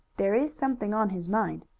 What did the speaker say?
there is something on his mind,